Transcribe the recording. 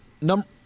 Number